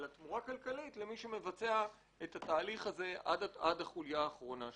אלא תמורה כלכלית למי שמבצע את התהליך הזה עד החוליה האחרונה שלו.